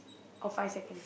or five seconds